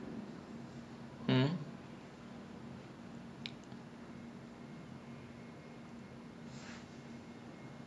so like when he upgraded to the newer iPad he gave me the old iPad because it was like just a hand me down lah and I also wanted something to play with